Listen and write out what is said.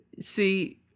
See